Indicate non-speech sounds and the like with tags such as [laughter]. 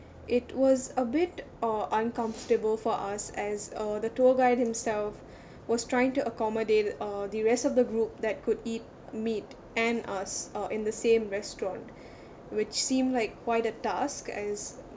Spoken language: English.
it was a bit uh uncomfortable for us as uh the tour guide himself [breath] was trying to accommodate uh the rest of the group that could eat meat and us uh in the same restaurant [breath] which seemed like quite a task as